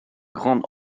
grande